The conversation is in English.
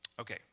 Okay